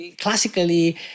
Classically